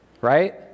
right